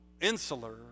insular